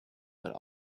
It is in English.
but